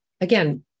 Again